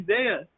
Isaiah